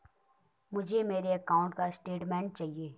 मुझे मेरे अकाउंट का स्टेटमेंट चाहिए?